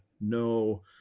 no